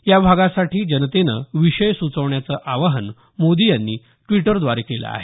या भागासाठी जनतेनं विषय सुचवण्याचं आवाहन मोदी यांनी ड्विटरद्वारे केलं आहे